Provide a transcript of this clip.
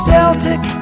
Celtic